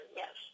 yes